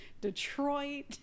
Detroit